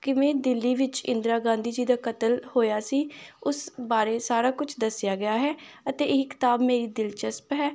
ਕਿਵੇਂ ਦਿੱਲੀ ਵਿੱਚ ਇੰਦਰਾ ਗਾਂਧੀ ਜੀ ਦਾ ਕਤਲ ਹੋਇਆ ਸੀ ਉਸ ਬਾਰੇ ਸਾਰਾ ਕੁਛ ਦੱਸਿਆ ਗਿਆ ਹੈ ਅਤੇ ਇਹ ਕਿਤਾਬ ਮੇਰੀ ਦਿਲਚਸਪ ਹੈ